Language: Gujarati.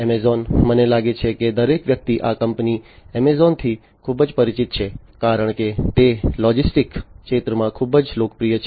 એમેઝોન મને લાગે છે કે દરેક વ્યક્તિ આ કંપની એમેઝોનથી ખૂબ પરિચિત છે કારણ કે તે લોજિસ્ટિક્સ ક્ષેત્રમાં ખૂબ જ લોકપ્રિય છે